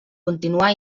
continuar